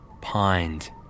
pined